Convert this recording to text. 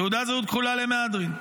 תעודת זהות כחולה למהדרין.